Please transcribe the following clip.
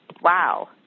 Wow